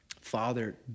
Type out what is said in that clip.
Father